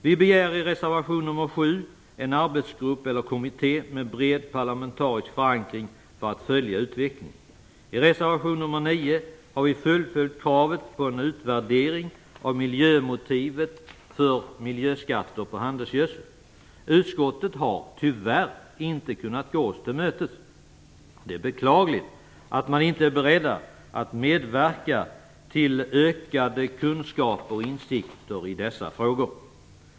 Vi begär i reservation nr 7 en arbetsgrupp eller kommitté med bred parlamentarisk förankring för att följa utvecklingen. I reservation nr 9 har vi fullföljt kravet på en utvärdering av miljömotivet för miljöskatter på handelsgödsel. Utskottet har tyvärr inte kunna gå oss till mötes. Det är beklagligt att man inte är beredd att medverka till ökade kunskaper och insikter i dessa frågor.